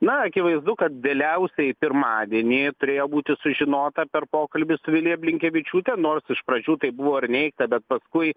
na akivaizdu kad vėliausiai pirmadienį turėjo būti sužinota per pokalbį su vilija blinkevičiūte nors iš pradžių tai buvo ir neigta bet paskui